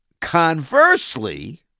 conversely